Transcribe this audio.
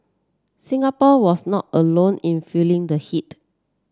Singapore was not alone in feeling the heat